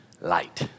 light